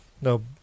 no